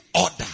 order